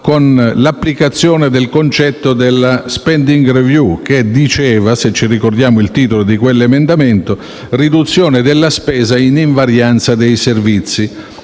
con l'applicazione del concetto della *spending review*, che faceva riferimento - se ricordiamo il titolo di quell'emendamento - alla riduzione della spesa in invarianza dei servizi.